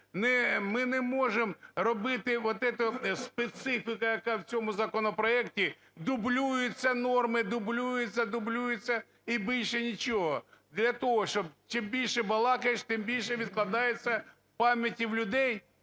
Ми не можемо робити вот это специфіка, яка в цьому законопроекті, дублюються норми, дублюються, дублюються і більше нічого. Для того, щоб чим більше балакаєш, тим більше відкладається в пам'яті людей,